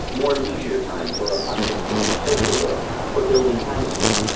more leisure time for artistic and social work, for building houses.